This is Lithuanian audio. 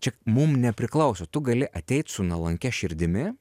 čia mum nepriklauso tu gali ateit su nuolankia širdimi